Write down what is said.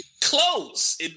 Close